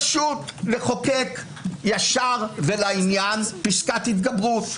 פשוט לחוקק ישר ולעניין פסקת התגברות.